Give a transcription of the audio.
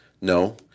No